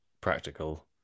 practical